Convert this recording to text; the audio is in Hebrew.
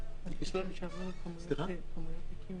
--- כמויות תיקים